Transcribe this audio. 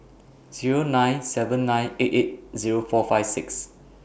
Zero nine seven nine eight eight Zero four five six